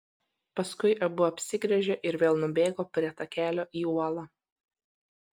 paskui abu apsigręžė ir vėl nubėgo prie takelio į uolą